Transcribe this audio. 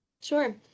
Sure